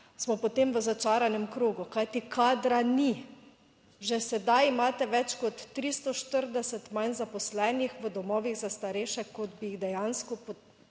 smo potem v začaranem krogu, kajti kadra ni. Že sedaj imate več kot 340 manj zaposlenih v domovih za starejše kot bi jih dejansko moralo